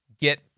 get